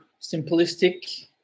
simplistic